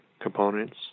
components